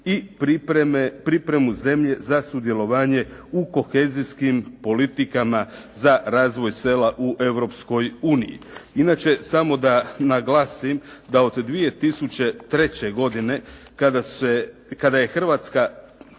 i pripremu zemlje za sudjelovanje u kohezijskim politikama za razvoj sela u Europskoj uniji. Inače, samo da naglasim da od 2003. godine kada je Hrvatska